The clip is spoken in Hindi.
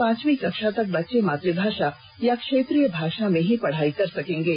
पांचवी कक्षा तक बच्चे मातुभाषा या क्षेत्रीय भाषा में ही पढ़ाई कर सकेंगे